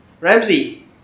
Ramsey